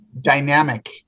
dynamic